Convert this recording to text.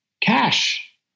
cash